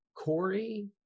Corey